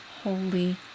holy